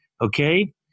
okay